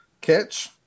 catch